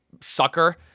sucker